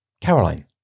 Caroline